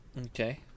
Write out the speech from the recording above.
okay